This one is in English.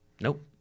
Nope